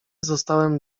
zostałem